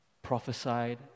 prophesied